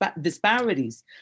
disparities